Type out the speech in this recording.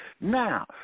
Now